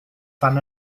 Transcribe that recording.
fan